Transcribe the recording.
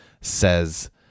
says